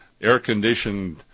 air-conditioned